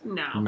no